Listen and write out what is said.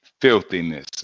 filthiness